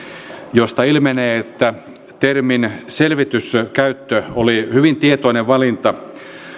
josta ilmenee että termin selvitys käyttö oli hyvin tietoinen valinta